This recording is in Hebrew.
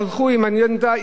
הלכו עם אג'נדה,